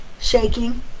shaking